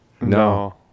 No